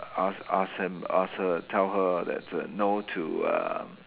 I ask I ask him I ask her tell her that err no to um